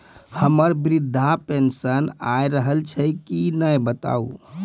हमर वृद्धा पेंशन आय रहल छै कि नैय बताबू?